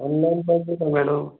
online पाहिजे का madam